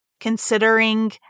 considering